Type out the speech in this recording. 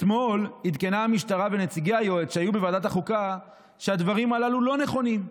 אתמול עדכנו המשטרה ונציגי היועץ בוועדת החוקה שהדברים הללו לא נכונים.